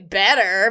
better